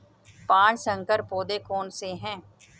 पाँच संकर पौधे कौन से हैं?